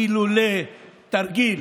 אילולא התרגיל